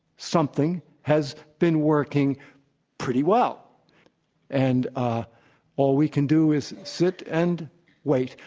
something has been working pretty well and ah all we can do is sit and wait.